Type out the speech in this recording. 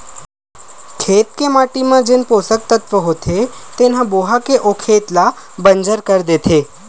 खेत के माटी म जेन पोसक तत्व होथे तेन ह बोहा के ओ खेत ल बंजर कर देथे